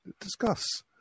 discuss